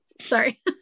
Sorry